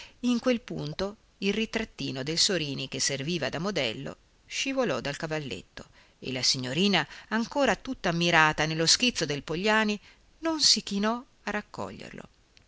in quel punto il ritrattino del sorini che serviva da modello scivolò dal cavalletto e la signorina ancora tutta ammirata nello schizzo del pogliani non si chinò a raccoglierlo